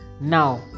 Now